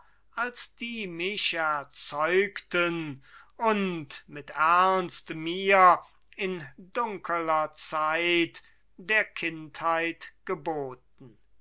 als die mich erzeugten und mit ernst mir in dunkeler zeit der kindheit geboten